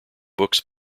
books